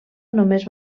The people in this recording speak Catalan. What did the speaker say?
només